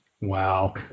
Wow